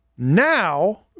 Now